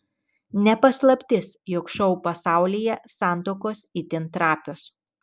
ne paslaptis jog šou pasaulyje santuokos itin trapios